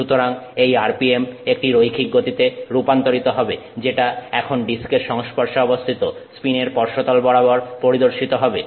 সুতরাং এই RPM একটি রৈখিক গতিতে রূপান্তরিত হবে যেটা এখন ডিস্কের সংস্পর্শে অবস্থিত পিনের স্পর্শতল বরাবর পরিদর্শিত হবে